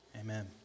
Amen